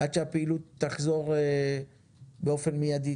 עד שהפעילות תחזור באופן מלא.